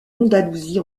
andalousie